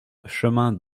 chemin